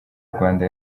rwanda